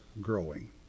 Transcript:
growing